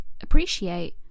appreciate